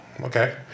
Okay